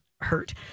hurt